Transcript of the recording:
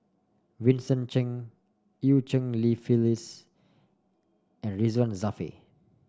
Vincent Cheng Eu Cheng Li Phyllis and Ridzwan Dzafir